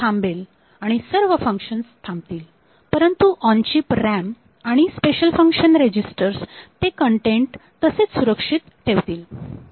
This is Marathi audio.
आणि सर्व फंक्शन्स थांबतील परंतु ऑन चीप RAM आणि स्पेशल फंक्शन रेजिस्टर्स ते कन्टेन्ट तसेच सुरक्षित राहतील